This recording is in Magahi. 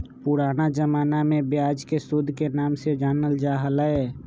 पुराना जमाना में ब्याज के सूद के नाम से जानल जा हलय